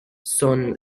son